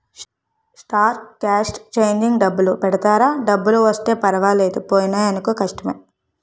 star cast changing డబ్బులు పెడతారా డబ్బులు వస్తే పర్వాలేదు పోయినాయనుకో కష్టమే